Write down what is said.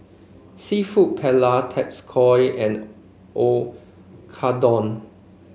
seafood Paella Tacos and Oyakodon